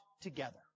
together